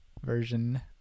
version